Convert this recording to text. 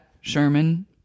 Sherman